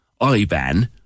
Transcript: IBAN